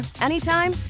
anytime